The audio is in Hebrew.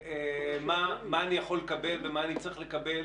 מה אני יכול לקבל ומה אני צריך לקבל